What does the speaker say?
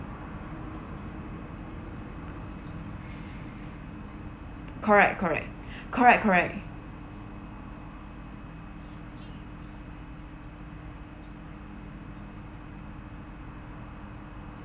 correct correct correct correct